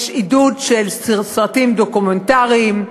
יש עידוד של סרטים דוקומנטריים.